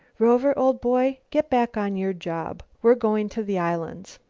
rover, old boy, get back on your job. we're going to the islands.